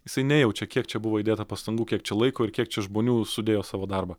jisai nejaučia kiek čia buvo įdėta pastangų kiek čia laiko ir kiek čia žmonių sudėjo savo darbą